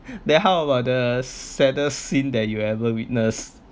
then how about the saddest scene that you ever witnessed